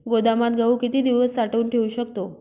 गोदामात गहू किती दिवस साठवून ठेवू शकतो?